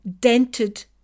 dented